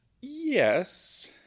Yes